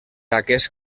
aquest